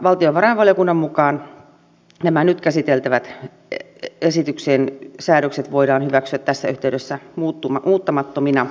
valtiovarainvaliokunnan mukaan nämä nyt käsiteltävät esityksen säädökset voidaan hyväksyä tässä yhteydessä muuttamattomina